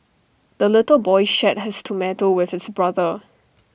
the little boy shared his tomato with his brother